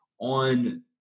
on